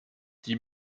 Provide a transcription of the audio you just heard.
die